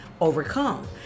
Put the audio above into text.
overcome